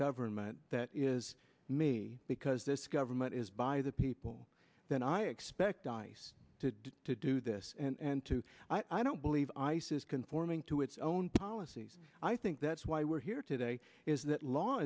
government that is me because this government is by the people that i expect ice to to do this and to i don't believe isis conforming to its own policies i think that's why we're here today is that law